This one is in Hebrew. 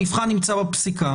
המבחן נמצא בפסיקה,